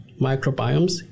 microbiomes